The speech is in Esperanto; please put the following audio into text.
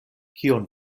kion